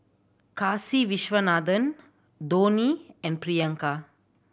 Kasiviswanathan Dhoni and Priyanka